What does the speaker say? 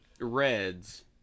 reds